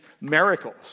miracles